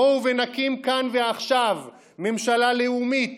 בואו ונקים כאן ועכשיו ממשלה לאומית